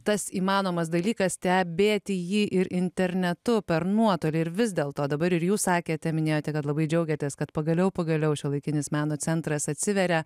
tas įmanomas dalykas stebėti jį ir internetu per nuotolį ir vis dėlto dabar ir jūs sakėte minėjote kad labai džiaugiatės kad pagaliau pagaliau šiuolaikinis meno centras atsiveria